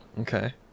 Okay